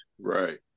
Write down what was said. Right